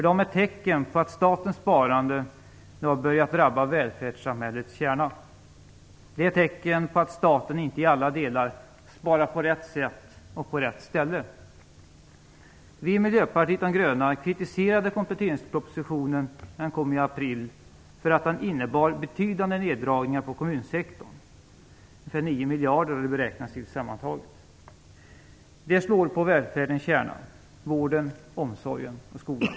De är tecken på att statens sparande nu har börjat drabba välfärdssamhällets kärna. De är tecken på att staten inte i alla delar sparar på rätt sätt och på rätt ställe. Vi i Miljöpartiet de gröna kritiserade kompletteringspropositionen när den kom i april för att den innebar betydande neddragningar på kommunsektorn, sammantaget beräknade till 9 miljarder kronor. Detta slår mot välfärdens kärna; t.ex. på vården, omsorgen och skolan.